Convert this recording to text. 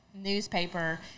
newspaper